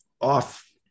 off